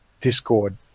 Discord